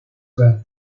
well